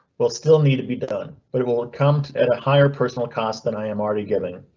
will still need to be done, but it will will come at a higher personal cost than i am already giving.